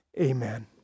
Amen